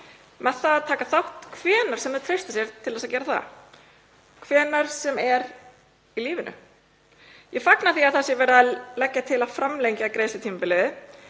með því að taka þátt hvenær sem það treystir sér til að gera það, hvenær sem er í lífinu. Ég fagna því að verið sé að leggja til að framlengja greiðslutímabilið.